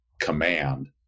command